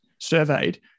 surveyed